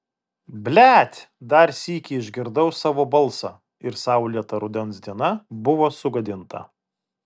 blet dar sykį išgirdau savo balsą ir saulėta rudens diena buvo sugadinta